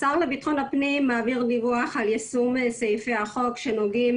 השר לביטחון פנים מעביר דיווח על יישום סעיפי החוק שנוגעים